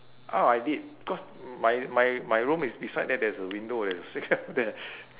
ah I did because my my my room is beside there there's a window there's a there